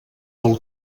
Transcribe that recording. del